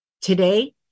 Today